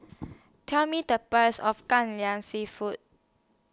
Tell Me The Price of Kai Lan Seafood